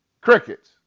crickets